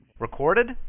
Recorded